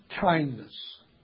kindness